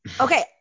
Okay